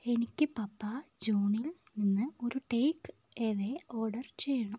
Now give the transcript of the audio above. എനിക്ക് പപ്പാ ജോണിൽ നിന്ന് ഒരു ടേക്ക് എവേ ഓർഡർ ചെയ്യണം